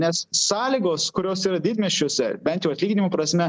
nes sąlygos kurios yra didmiesčiuose bent jau atlyginimų prasme